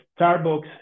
Starbucks